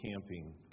camping